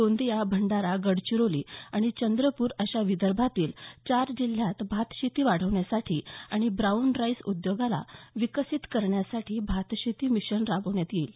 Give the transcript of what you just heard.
गोंदिया भंडारा गडचिरोली आणि चंद्रपूर अशा विदर्भातील चार जिल्ह्यांत भातशेती वाढविण्यासाठी आणि ब्राऊन राईस उद्योगाला विकसित करण्यासाठी भातशेती मिशन राबवण्यात येईल